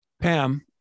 Pam